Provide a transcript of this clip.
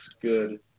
good